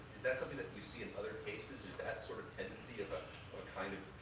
is that something that you see in other cases? is that sort of tendency of a kind of